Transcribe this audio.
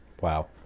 Wow